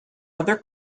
other